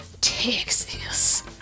Texas